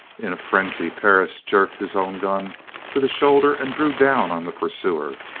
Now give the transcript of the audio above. in a frenzy perris jerked his own gun to the shoulder and drew down on the pursuer,